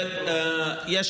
מהדיווח.